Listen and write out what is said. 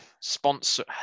sponsor